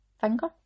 finger